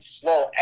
slow